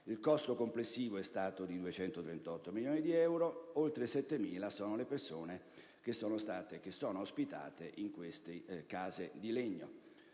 Il costo complessivo è stato di 238 milioni di euro ed oltre 7.000 sono le persone ospitate in queste case di legno.